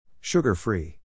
Sugar-free